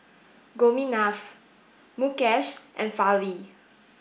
Gopinath Mukesh and Fali